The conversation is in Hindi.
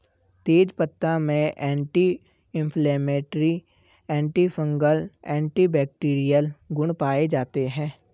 तेजपत्ता में एंटी इंफ्लेमेटरी, एंटीफंगल, एंटीबैक्टिरीयल गुण पाये जाते है